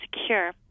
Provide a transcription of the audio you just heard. secure